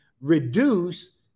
reduce